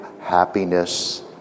happiness